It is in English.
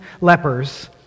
lepers